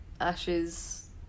Ashes